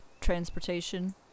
transportation